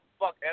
Fuck